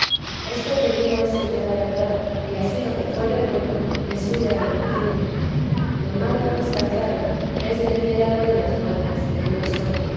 esto que digo es entera verdad y ansí lo que fuere bueno es suya la doctrina lo malo está claro es del piélago de los males que yo soy